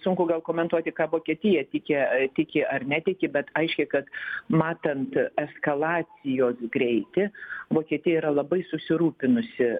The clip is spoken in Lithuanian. sunku gal komentuoti ką vokietija tiki tiki ar netiki bet aiškiai kad matant eskalacijos greitį vokietija yra labai susirūpinusi